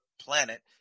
planet